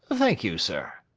thank you, sir